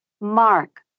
Mark